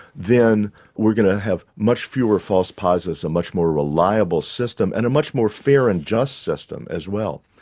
then we are going to have much fewer false positives and a much more reliable system and a much more fair and just system as well.